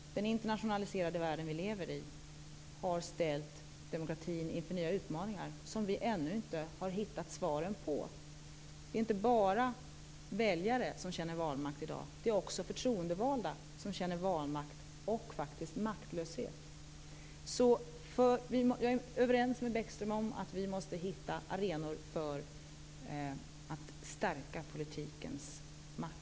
Den internationaliserade värld vi lever i har ställt demokratin inför nya utmaningar som vi ännu inte har hittat svaren på. Det är inte bara väljare som känner vanmakt i dag. Det är också förtroendevalda som känner vanmakt och faktiskt maktlöshet. Så jag är överens med Bäckström om att vi måste hitta arenor för att stärka politikens makt.